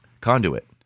conduit